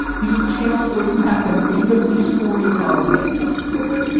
these are channels where you have to natively story tell. facebook, twitter,